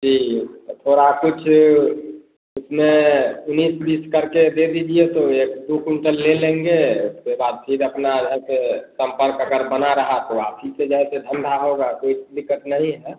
जी तो थोड़ा कुछ उसमें उन्नीस बीस करके दे दीजिए तो एक दो कुंटल ले लेंगे के बाद फिर अपना जो है से संपर्क अगर बन रहा तो आप ही के इधर से धंधा होगा कोई दिक्कत नहीं है